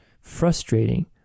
frustrating